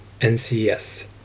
NCS